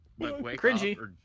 Cringy